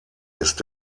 ist